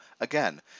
Again